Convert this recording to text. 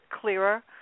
clearer